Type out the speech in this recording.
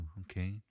okay